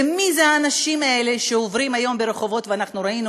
ומי האנשים האלה שעוברים היום ברחובות, וראינו